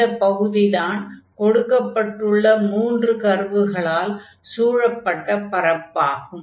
இந்த பகுதிதான் கொடுக்கப்பட்டுள்ள மூன்று கர்வுகளால் சூழப்பட்ட பரப்பு ஆகும்